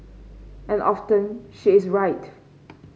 and often she is right